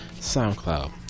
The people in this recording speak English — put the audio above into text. SoundCloud